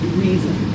reason